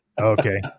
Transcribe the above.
okay